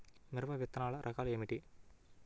మిరప విత్తనాల రకాలు ఏమిటి?